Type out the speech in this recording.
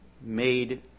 made